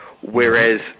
whereas